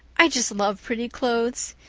i just love pretty clothes.